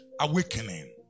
awakening